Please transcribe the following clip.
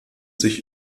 sich